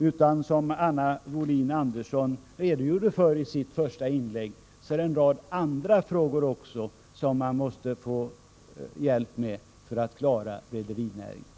Såsom Anna Wohlin-Andersson redogjorde för i sitt första inlägg måste man få hjälp även med en rad andra frågor för att kunna klara rederinäringen.